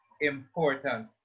important